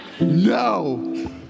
No